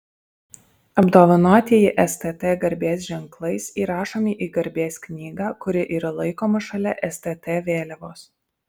apdovanotieji stt garbės ženklais įrašomi į garbės knygą kuri yra laikoma šalia stt vėliavos